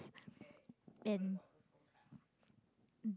and